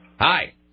Hi